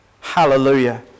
Hallelujah